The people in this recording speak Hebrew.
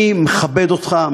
אני מכבד אותך,